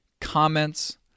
comments